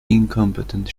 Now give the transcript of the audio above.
incompetent